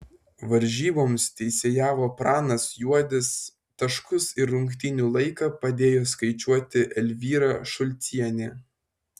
varžyboms teisėjavo pranas juodis taškus ir rungtynių laiką padėjo skaičiuoti elvyra šulcienė